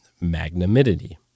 magnanimity